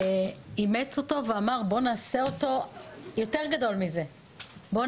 אימץ אותו ואמר שנעשה אותו עם משמעות.